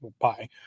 bye